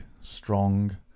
strong